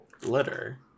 glitter